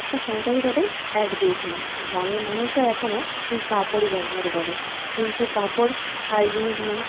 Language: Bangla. একটা স্যানিটারি প্যাডের অ্যাড দিয়েছিলাম গ্রামের মানুষরা এখনও সেই কাপড়ই ব্যবহার করে কিন্তু কাপড় হাইজিনিক নয়